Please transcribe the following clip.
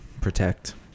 protect